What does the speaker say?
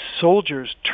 soldiers